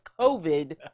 covid